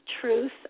truth